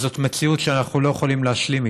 זאת מציאות שאנחנו לא יכולים להשלים איתה.